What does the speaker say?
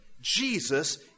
Jesus